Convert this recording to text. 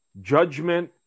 judgment